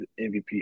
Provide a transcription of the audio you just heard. MVP